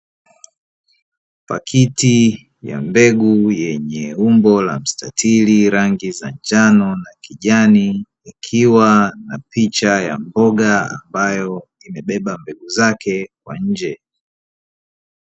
Pakiti ya mbegu yenye umbo la mstatili rangi za njano na kijani ikiwa na picha ya mboga ambayo imebeba mbegu zake kwa nje.